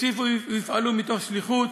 ויוסיפו ויפעלו מתוך שליחות,